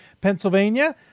pennsylvania